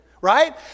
Right